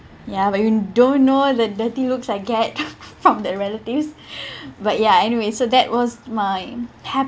ya but you don't know the dirty looks I get from the relatives but ya anyway so that was my